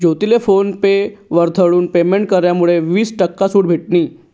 ज्योतीले PhonePe वरथून payment करामुये वीस टक्का सूट भेटनी